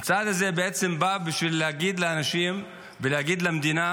המצעד הזה בעצם בא בשביל להגיד לאנשים ולהגיד למדינה